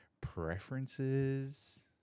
preferences